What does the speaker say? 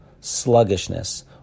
sluggishness